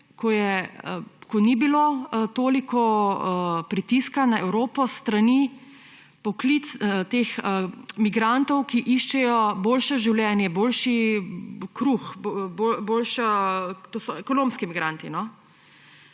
ko ni bilo toliko pritiska na Evropo s strani migrantov, ki iščejo boljše življenje, boljši kruh, to so ekonomski migranti.